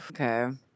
Okay